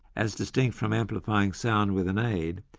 as distinct from amplifying sound with an aid,